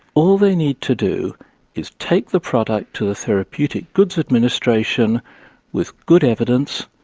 all they need to do is take the product to the therapeutic goods administration with good evidence,